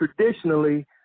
traditionally